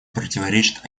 противоречат